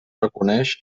reconeix